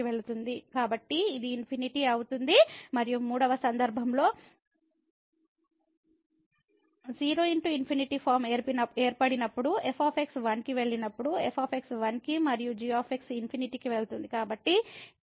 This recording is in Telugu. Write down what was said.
కాబట్టి ఇది ఇన్ఫినిటీ అవుతుంది మరియు 3 వ సందర్భంలో 0×∞ ఫార్మ్ ఏర్పడినప్పుడు f 1 కి వెళ్ళినప్పుడు f 1 కి మరియు g ∞ కి వెళ్తుంది